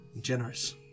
generous